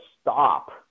stop